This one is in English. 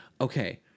okay